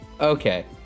Okay